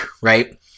right